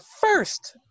first